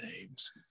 names